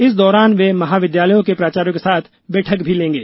इस दौरान वे महाविद्यालयों के प्राचार्य के साथ बैठक भी लेंगे